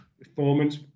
performance